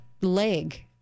leg